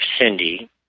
Cindy